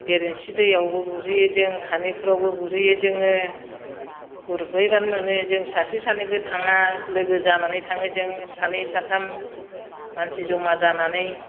बेरेन्सि दैयावबो गुरहैयो जों खानिफुरावबो गुरहैयो जोङो गुरहैब्लानो मोनो जों सासे सानैबो थाङा लोगो जानानै थाङो जोङो सानै साथाम मानसि जमा जानानै